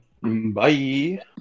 bye